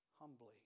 humbly